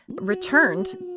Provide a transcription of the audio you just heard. returned